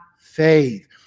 faith